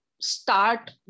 start